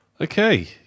Okay